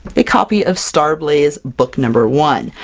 a copy of starblaze book number one!